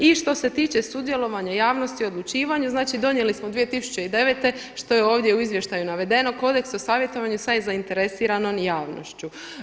I što se tiče sudjelovanja javnosti u odlučivanju, znači donijeli smo 2009. što je ovdje u Izvještaju navedeno Kodeks o savjetovanje za zainteresiranom javnošću.